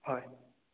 হয়